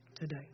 today